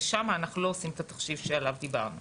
ושם אנחנו לא עושים את התחשיב שעליו דיברת.